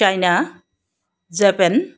China Japan